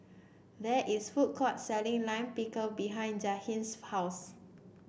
there is food court selling Lime Pickle behind Jahiem's house